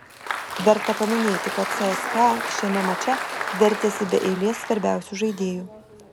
verta paminėti kad cska šiame mače vertėsi be eilės svarbiausių žaidėjų